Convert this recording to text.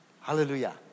Hallelujah